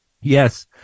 Yes